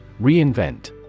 Reinvent